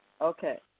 Okay